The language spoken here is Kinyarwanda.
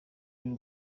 y’u